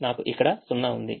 నాకు ఇక్కడ 0 ఉంది